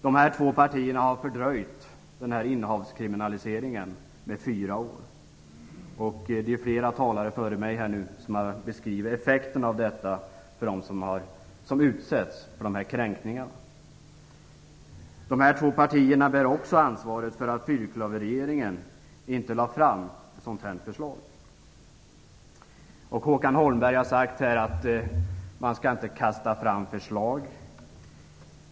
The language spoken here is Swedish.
Dessa två partier har fördröjt innehavskriminaliseringen med fyra år. Det är flera talare före mig som har beskrivit effekterna av detta för dem som utsätts för dessa kränkningar. Dessa två partier bär också ansvaret för att fyrklöverregeringen inte lade fram ett sådant förslag. Håkan Holmberg har här sagt att man inte skall kasta fram förslag.